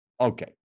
Okay